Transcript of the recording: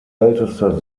ältester